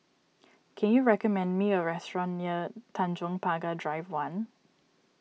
can you recommend me a restaurant near Tanjong Pagar Drive one